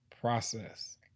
process